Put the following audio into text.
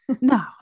No